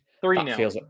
Three-nil